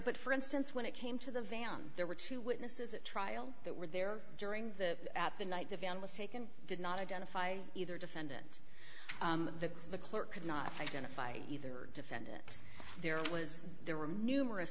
but for instance when it came to the van there were two witnesses at trial that were there during the night the van was taken did not identify either defendant that the clerk could not identify either defendant there was there were numerous